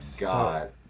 god